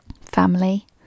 family